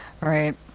Right